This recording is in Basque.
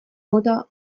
mota